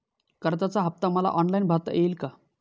कर्जाचा हफ्ता मला ऑनलाईन भरता येईल का?